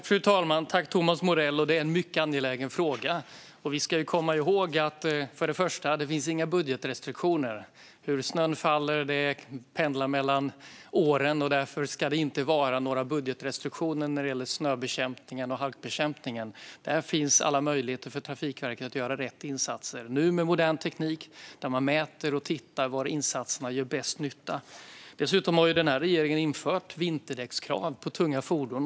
Fru talman! Jag tackar Thomas Morell för en mycket angelägen fråga. Vi ska komma ihåg att det först och främst inte finns några budgetrestriktioner. Hur snön faller pendlar mellan åren, och därför ska det inte vara några budgetrestriktioner när det gäller snö och halkbekämpning. Här finns alla möjligheter för Trafikverket att göra rätt insatser, nu med hjälp av modern teknik där man mäter och tittar på var insatserna gör bäst nytta. Dessutom har den här regeringen infört vinterdäckskrav på tunga fordon.